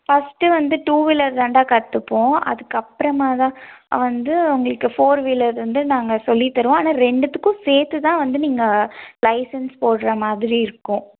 first வந்து two wheeler தாண்டா கற்றுப்போம் அதுக்கப்புறமா தான் வந்து உங்களுக்கு ஃபோர் வீலர் வந்து நாங்கள் சொல்லித் தருவோம் ஆனால் ரெண்டுத்துக்கும் சேர்த்துத்தான் வந்து நீங்கள் லைசென்ஸ் போடுற மாதிரி இருக்கும்